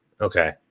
Okay